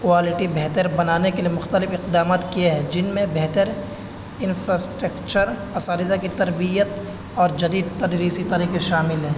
quality بہتر بنانے کے لیے مختلف اقدامات کیے ہیں جن میں بہتر انفراسٹکچر اساتذہ کی تربیت اور جدید تدریسی طریقے شامل ہیں